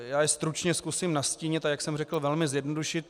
Já je stručně zkusím nastínit, a jak jsem řekl, velmi zjednodušit.